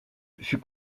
fut